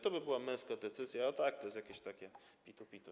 To by była męska decyzja, a tak to jest jakieś takie pitu-pitu.